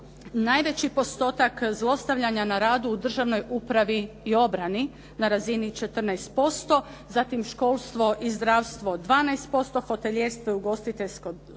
najveći postotak zlostavljanja na radu u državnoj upravi i obrani na razini 14%, zatim školstvo i zdravstvo 12%, hotelijerstvo i ugostiteljstvo